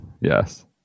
Yes